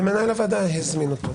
ומנהל הוועדה הזמין אותו.